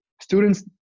Students